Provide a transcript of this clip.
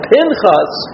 Pinchas